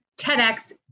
TEDx